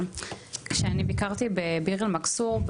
כשאני ביקרתי בביר אל-מכסור,